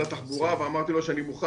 נדאג מול